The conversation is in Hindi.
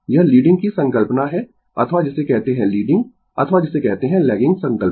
यह लीडिंग की संकल्पना है अथवा जिसे कहते है लीडिंग अथवा जिसे कहते है लैगिंग संकल्पना